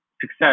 success